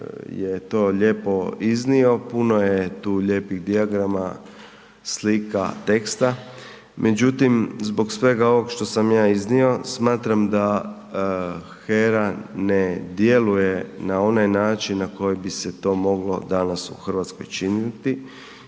je to lijepo iznio, puno je tu lijepih dijagrama, slika, teksta, međutim zbog svega ovoga što sam ja iznio smatram da HERA ne djeluje na onaj način na koji bi se to moglo danas u Hrvatskoj činiti